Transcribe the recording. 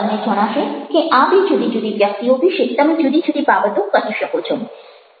તમને જણાશે કે આ બે જુદી જુદી વ્યક્તિઓ વિશે તમે જુદી જુદી બાબતો કહી શકો છો